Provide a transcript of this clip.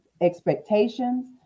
expectations